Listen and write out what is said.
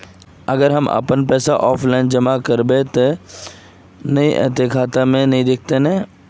अगर हम अपन पैसा ऑफलाइन जमा करबे ते पैसा जमा होले की नय इ ते खाता में दिखते ने?